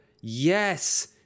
Yes